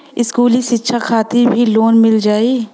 इस्कुली शिक्षा खातिर भी लोन मिल जाई?